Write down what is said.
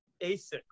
Asics